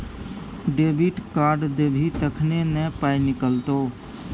debit card देबही तखने न पाइ निकलतौ